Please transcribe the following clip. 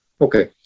Okay